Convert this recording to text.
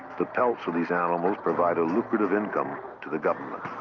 the pelts of these animals provide a lucrative income to the government.